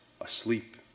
asleep